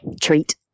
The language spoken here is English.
treat